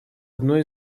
одной